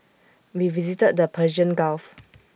we visited the Persian gulf